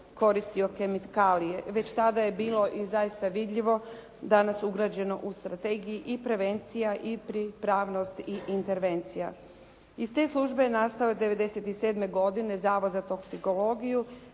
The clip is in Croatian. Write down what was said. koristio kemikalije. Već tada je bilo i zaista vidljivo danas ugrađeno u strategiji i prevencija i pripravnost i intervencija. Iz te službe je nastao '97. godine Zavod za toksikologiju.